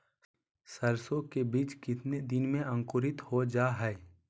सरसो के बीज कितने दिन में अंकुरीत हो जा हाय?